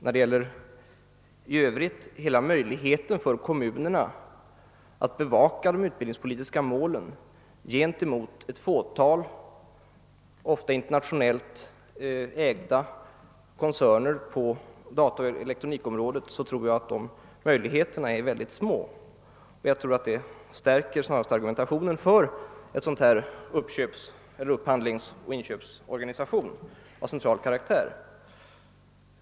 Jag tror vidare att kommunerna har mycket små möjligheter att bevaka de utbildningspolitiska målen gentemot ett fåtal ofta internationellt ägda koncerner på dataoch elektronikområdet. Detta stärker enligt min mening snarast argumentationen för en dylik upphandlingsoch inköpsorganisation av central karaktär.